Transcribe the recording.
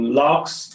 locks